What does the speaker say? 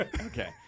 Okay